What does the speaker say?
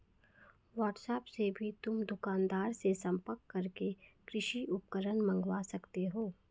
WhatsApp से भी तुम दुकानदार से संपर्क करके कृषि उपकरण मँगवा सकते हो